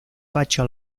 bacio